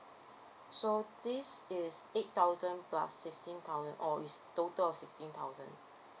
so this is eight thousand plus sixteen thousand or is total of sixteen thousand